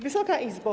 Wysoka Izbo!